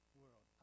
world